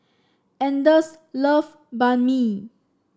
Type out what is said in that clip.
Anders love Banh Mi